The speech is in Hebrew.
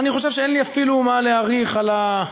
אני חושב שאין לי אפילו מה להאריך על,